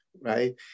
right